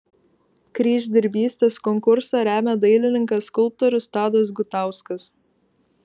kryždirbystės konkursą remia dailininkas skulptorius tadas gutauskas